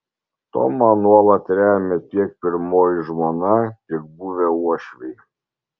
tomą nuolat remia tiek pirmoji žmona tiek buvę uošviai